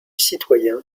citoyen